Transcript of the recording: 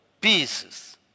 pieces